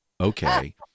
Okay